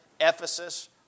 Ephesus